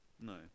no